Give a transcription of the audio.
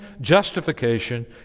justification